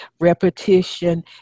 repetition